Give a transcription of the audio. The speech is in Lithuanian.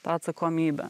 tą atsakomybę